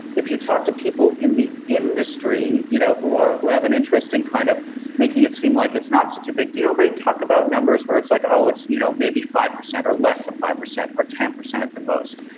if you talk to people in the industry you know who have an interesting kind of making it seem like it's not such a big deal, they talk about numbers where it's like, oh, it's you know maybe five percent or less than five percent, or ten percent at the most,